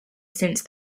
since